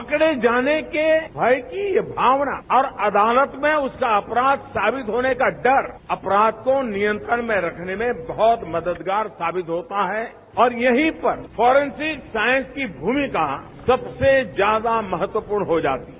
पकड़े जाने के भय की भावना और अदालत में उसका अपराध साबित होने का डर अपराध को नियंत्रण रखने में बहुत मददगार साबित होता है और यहीं पर फॉरेंसिक साइंस की भूमिका सबसे ज्यादा महत्वपूर्ण हो जाती है